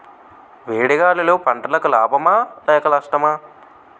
వేడి గాలులు పంటలకు లాభమా లేక నష్టమా?